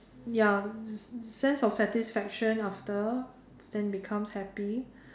ya sense of satisfaction after then becomes happy